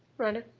brenda